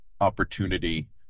opportunity